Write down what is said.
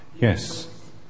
Yes